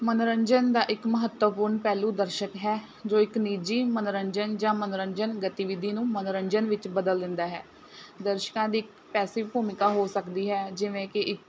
ਮਨੋਰੰਜਨ ਦਾ ਇੱਕ ਮਹੱਤਵਪੂਰਨ ਪਹਿਲੂ ਦਰਸ਼ਕ ਹੈ ਜੋ ਇੱਕ ਨਿੱਜੀ ਮਨੋਰੰਜਨ ਜਾਂ ਮਨੋਰੰਜਨ ਗਤੀਵਿਧੀ ਨੂੰ ਮਨੋਰੰਜਨ ਵਿੱਚ ਬਦਲ ਦਿੰਦਾ ਹੈ ਦਰਸ਼ਕਾਂ ਦੀ ਪੈਸਿਵ ਭੂਮਿਕਾ ਹੋ ਸਕਦੀ ਹੈ ਜਿਵੇਂ ਕਿ ਇੱਕ